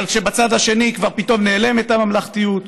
אבל בצד השני כבר פתאום נעלמת הממלכתיות,